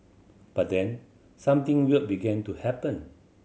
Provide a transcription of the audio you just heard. but then something weird began to happen